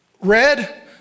red